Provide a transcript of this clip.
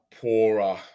poorer